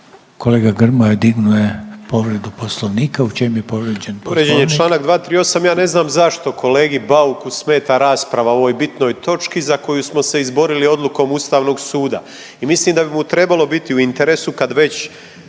Kolega Grmoja, dignuo je povredu Poslovnika. U čemu je povrijeđen Poslovnik?